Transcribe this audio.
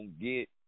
get